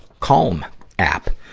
calm app.